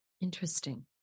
Interesting